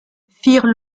firent